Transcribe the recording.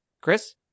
Chris